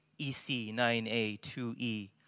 EC9A2E